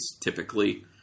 typically